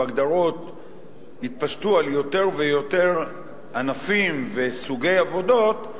וההגדרות יתפשטו על יותר ויותר ענפים וסוגי עבודות,